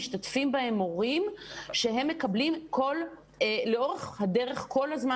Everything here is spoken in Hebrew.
משתתפים בהם מורים שהם מקבלים לאורך הדרך כל הזמן